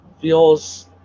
Feels